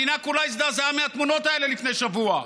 המדינה כולה הזדעזעה מהתמונות האלה לפני שבוע.